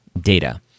data